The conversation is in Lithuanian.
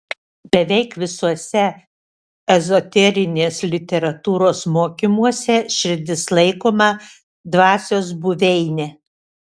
beveik visuose ezoterinės literatūros mokymuose širdis laikoma dvasios buveine